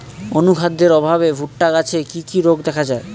অনুখাদ্যের অভাবে ভুট্টা গাছে কি কি রোগ দেখা যায়?